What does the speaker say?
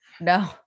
No